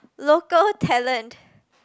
local talent